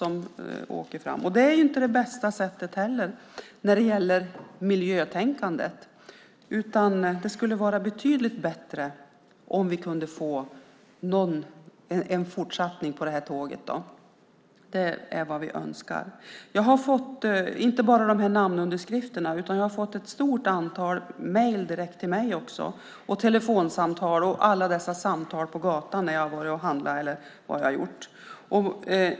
Det är inte det bästa med tanke på miljön. Det skulle vara betydligt bättre om vi kunde få en fortsättning på tåget. Det är vad vi önskar. Jag har inte bara fått namnunderskrifter utan ett stort antal mejl och telefonsamtal direkt till mig. Jag har också pratat med många på gatan när jag till exempel har varit och handlat.